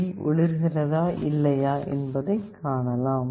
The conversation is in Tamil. டி ஒளிர்கிறதா இல்லையா என்பதை காணலாம்